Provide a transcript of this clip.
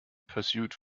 pursued